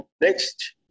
next